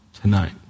tonight